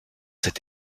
cette